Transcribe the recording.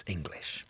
English